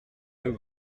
deux